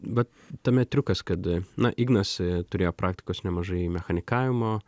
vat tame triukas kad na ignas turėjo praktikos nemažai mechanikavimo